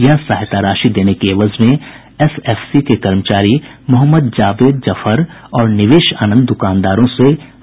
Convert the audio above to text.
यह सहायता राशि देने के एवज में एसएफसी के कर्मचारी मोहम्मद जावेद जफर और निवेश आनंद द्रकानदारों से रिश्वत ले रहे थे